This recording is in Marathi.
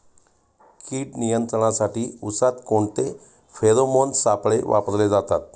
कीड नियंत्रणासाठी उसात कोणते फेरोमोन सापळे वापरले जातात?